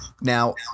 Now